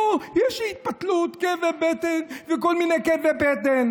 אוה, יש לי התפתלות, כאבי בטן, כל מיני כאבי בטן.